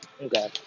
Okay